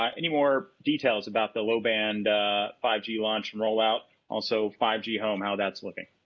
um any more details about the low band five g launch and rollout also five g home how that's looking.